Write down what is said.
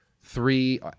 three